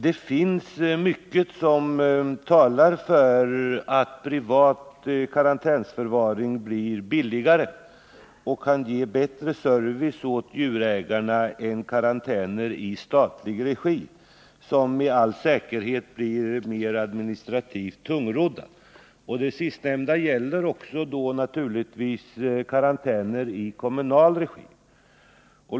Det finns mycket som talar för att privat karantänförvaring blir billigare och kan ge bättre service åt djurägarna än karantäner i statlig regi, som med all säkerhet blir mer administrativt tungrodda. Det sistnämnda gäller naturligtvis också karantäner i kommunal regi.